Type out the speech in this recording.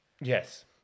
Yes